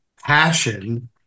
passion